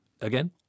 Again